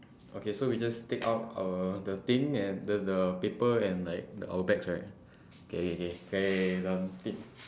okay so we just take out our the thing and th~ the paper and like the our bags right okay okay okay done